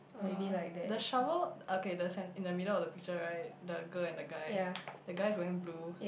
uh the shovel okay the cen~ in the middle of the picture right the girl and guy the guy is wearing blue